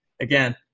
again